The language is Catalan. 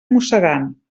mossegant